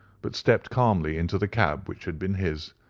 but stepped calmly into the cab which had been his,